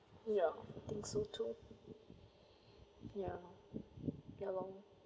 ya I think so too ya ya lor